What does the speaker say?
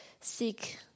seek